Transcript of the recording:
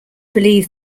believe